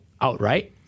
outright